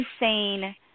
insane